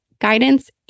guidance